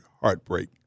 heartbreak